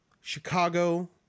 chicago